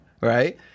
right